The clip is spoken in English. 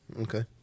Okay